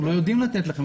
אנחנו לא יודעים לתת לכם.